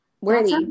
worthy